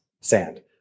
sand